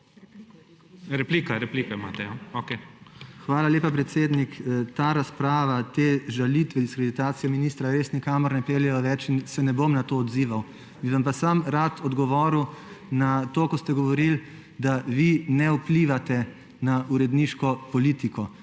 MARKO KOPRIVC (PS SD):** Hvala lepa, predsednik. Ta razprava, te žalitve, diskreditacije ministra res nikamor ne peljejo več in se ne bom na to odzival. Bi vam pa samo rad odgovoril na to, ko ste govorili, da vi ne vplivate na uredniško politiko.